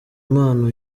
mpano